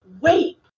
wait